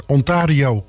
Ontario